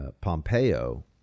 Pompeo